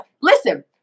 listen